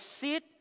sit